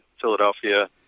Philadelphia